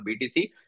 BTC